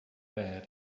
bad